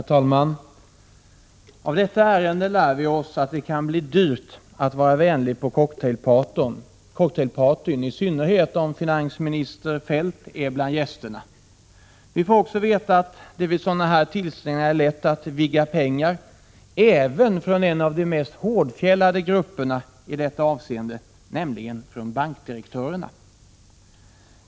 Herr talman! Av detta ärende lär vi oss att det kan bli dyrt att vara vänlig på cocktailpartyn, i synnerhet om finansminister Feldt är bland gästerna. Vi får också veta att det vid sådana tillställningar är lätt att vigga pengar även från en av de mest hårdfjällade grupperna i detta avseende, nämligen bankdirektörerna.